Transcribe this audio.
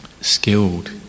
skilled